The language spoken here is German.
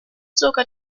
sogar